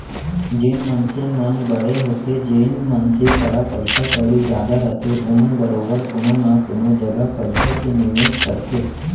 जेन मनसे मन बड़े होथे जेन मनसे करा पइसा कउड़ी जादा रथे ओमन बरोबर कोनो न कोनो जघा पइसा के निवेस करथे